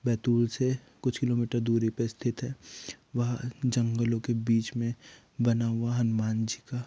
बैतूल से कुछ किलोमीटर दूरी पे स्थित है वहाँ जंगलों के बीच में बना हुआ हनुमान जी का